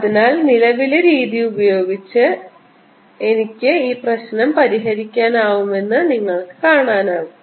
അതിനാൽ നിലവിലെ രീതി ഉപയോഗിച്ച് എനിക്ക് ഈ പ്രശ്നം പരിഹരിക്കാമായിരുന്നുവെന്ന് നിങ്ങൾക്ക് കാണാനാകും